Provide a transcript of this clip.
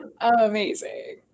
Amazing